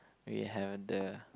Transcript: we have the